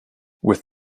with